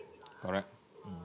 correct mm